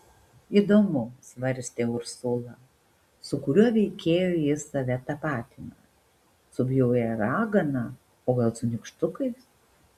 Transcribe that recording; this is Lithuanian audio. įdomu svarstė ursula su kuriuo veikėju jis save tapatina su bjauria ragana o gal su nykštukais